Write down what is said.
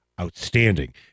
Outstanding